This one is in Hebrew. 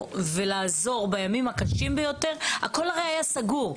ולעזור בימים הקשים ביותר - הכל הרי היה סגור.